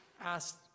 asked